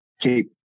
keep